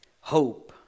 Hope